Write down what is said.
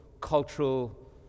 cultural